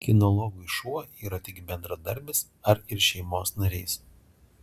kinologui šuo yra tik bendradarbis ar ir šeimos narys